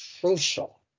crucial